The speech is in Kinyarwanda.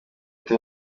leta